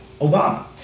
Obama